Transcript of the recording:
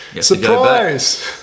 surprise